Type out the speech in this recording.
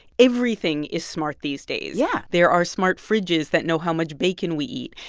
everything is smart these days yeah there are smart fridges that know how much bacon we eat.